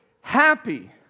happy